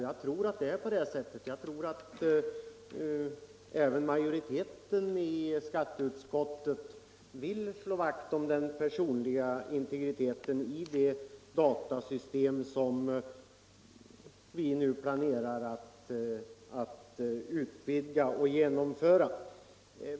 Jag tror att även majoriteten i skatteutskottet vill slå vakt om den personliga integriteten i de datasystem som vi nu planerar att genomföra.